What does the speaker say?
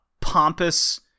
pompous